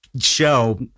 show